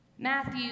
Matthew